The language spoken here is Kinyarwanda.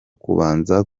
kubanza